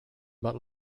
but